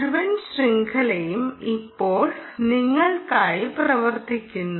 മുഴുവൻ ശൃംഖലയും ഇപ്പോൾ നിങ്ങൾക്കായി പ്രവർത്തിക്കുന്നു